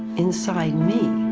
inside me,